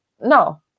no